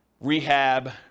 rehab